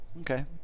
Okay